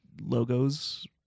logos